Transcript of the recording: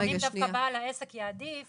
לפעמים דווקא בעל העסק יעדיף